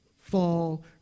Fall